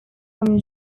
from